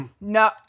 No